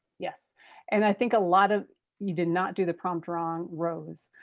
yes and i think a lot of you did not do the prompt wrong, rose.